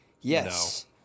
Yes